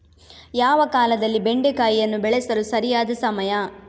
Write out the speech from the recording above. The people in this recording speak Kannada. ಯಾವ ಕಾಲದಲ್ಲಿ ಬೆಂಡೆಕಾಯಿಯನ್ನು ಬೆಳೆಸಲು ಸರಿಯಾದ ಸಮಯ?